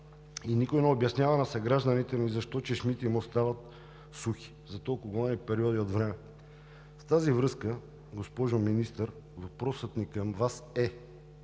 Никой не обяснява на съгражданите ми защо чешмите им остават сухи за толкова големи периоди от време. В тази връзка, госпожо Министър, въпросът ми към Вас е: